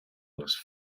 les